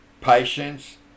Patience